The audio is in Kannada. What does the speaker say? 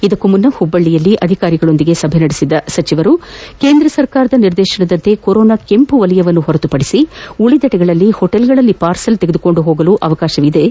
ಇದಕ್ಕೂ ಮುನ್ನ ಪುಬ್ಬಳ್ಳಿಯಲ್ಲಿ ಅಧಿಕಾರಿಗಳ ಸಭೆ ನಡೆಸಿದ ಸಚಿವರು ಕೇಂದ್ರ ಸರ್ಕಾರದ ನಿರ್ದೇಶನದಂತೆ ಕೊರೋನಾ ಕೆಂಪುವಲಯ ಹೊರತುಪಡಿಸಿ ಉಳಿದ ಕಡೆಗಳಲ್ಲಿ ಹೊಟೇಲ್ಗಳಲ್ಲಿ ಪಾರ್ಸಲ್ ತೆಗೆದುಕೊಂಡು ಹೋಗಲು ಅವಕಾಶ ಕಲ್ಪಿಸಲಾಗಿದ್ದು